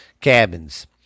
cabins